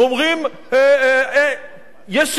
ואומרים: יש שוויון.